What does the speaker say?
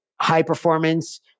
high-performance